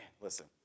listen